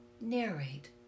narrate